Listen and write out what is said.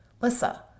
Lissa